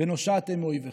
ונושעתם מאֹיבכם".